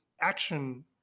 action